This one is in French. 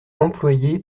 employé